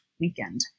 weekend